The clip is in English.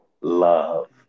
love